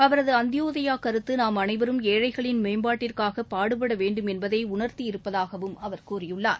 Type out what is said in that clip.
அவரதுஅந்தியோதயாகருத்து நாம் அளைவரும் ஏழைகளின் மேம்பாட்டிற்னகபாடுபடவேண்டும் என்பதைஉணர்த்தி இருப்பதாகவும் அவர் கூறியுள்ளார்